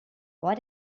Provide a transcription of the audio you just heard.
what